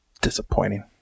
disappointing